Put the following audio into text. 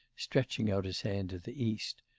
stretching out his hand to the east,